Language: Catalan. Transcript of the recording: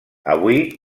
avui